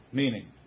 meaning